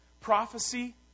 prophecy